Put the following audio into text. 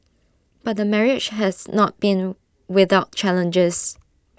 but marriage has not been without challenges